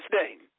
name